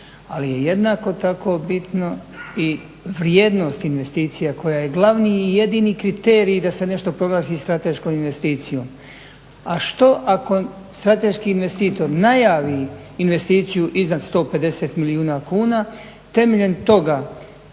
ali je jednako tako bitno i vrijednost investicija koja je glavni i jedini kriterij da se nešto proglasi strateškom investicijom. A što ako strateški investitor najavi investiciju iznad 150 milijuna kuna, temeljem toga